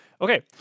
Okay